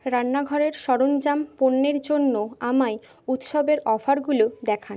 রান্নাঘরের সরঞ্জাম পণ্যের জন্য আমায় উৎসবের অফারগুলো দেখান